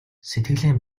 сэтгэлээ